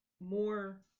more